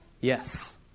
Yes